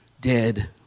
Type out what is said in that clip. dead